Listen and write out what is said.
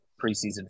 preseason